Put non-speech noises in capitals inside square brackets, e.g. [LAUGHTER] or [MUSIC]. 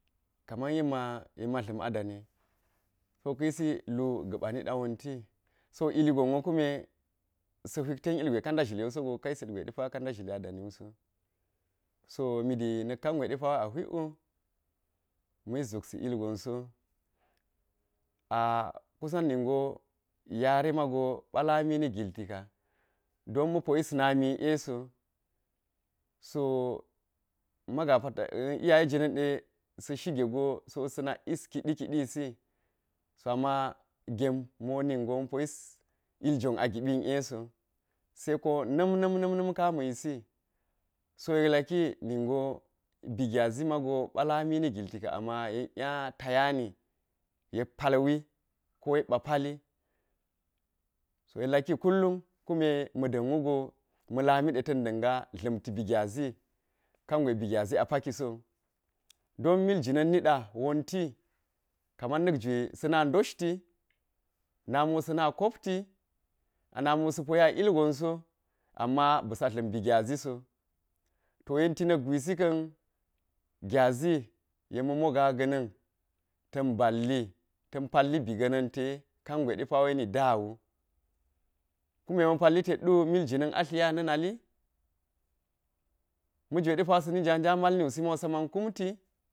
Kaman yek ma yek ma dla̱m a daniye, so ka̱ yisi lu ga̱ɓa niɗa wonti so illigonwo kume sa̱ hwti ten ilgwe ka nda zhilewu so wu ka yis ilgwe ka nda ga̱ɓa a daniwu so, so mi de ma̱ yis zapsi ilgonso a kusan ningo yare mago ɓa lami ni gilti ka don ma̱ po yis nami ie so. So mgaa pa [HESITATION] iyaye jina̱n de se shige go so sa̱ nak yis kiɗi- kiɗisi so ama gem mo ninge ma̱ po yis ilgon agibi leso sai ko na̱m, na̱m na̱m ka̱n a ma̱ yisi, so yek laki ningo bi gyazi mago ɓa lamini gilti ke, ama yek nga ta yani yek palwi ko yek ɓa pali, so yek laki kullum kume ma̱ ɗa̱n wugo ma̱ lami ta̱n da̱nga dla̱mti bi gyazi kangwe bi gyazi a paki sowu don mil jina̱ niɗa wonti kaman na̱k jwe sa̱na doshti na mo sa̱na kopti anami sa̱ poya ilgon so ama ba̱sa dla̱m bi gyazi so to yenti na̱k gwisi ka̱n gyazi yek ma̱ mogaa ga̱ na̱n ta̱n balli ta̱n palli. biga̱na̱nte kan gwe ni da wu kume ma palliteddu mil jina̱n a tlinya na nali ma̱jwe na̱ nja nja nal mal niwu sa man kuti